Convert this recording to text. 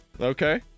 okay